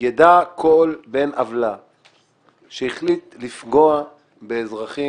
יידע כל בן עוולה שהחליט לפגוע באזרחים